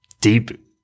deep